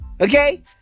Okay